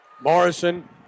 Morrison